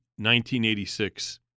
1986